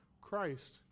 Christ